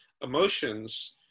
emotions